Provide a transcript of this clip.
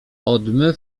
odmy